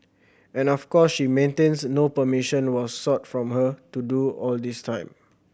and of course she maintains no permission was sought from her to do all this time